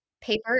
Paper